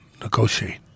negotiate